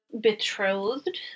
betrothed